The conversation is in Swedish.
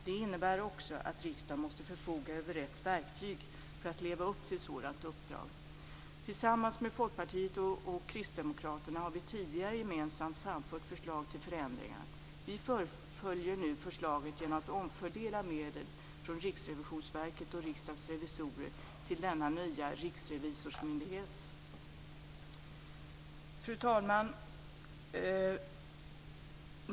Det innebär också att riksdagen måste förfoga över rätt verktyg för att leva upp till ett sådant uppdrag. Tillsammans med Folkpartiet och Kristdemokraterna har vi tidigare gemensamt fört fram förslag till förändringar. Vi fullföljer nu förslaget genom att omfördela medel från Riksrevisionsverket och Riksdagens revisorer till denna nya riksrevisorsmyndighet. Fru talman!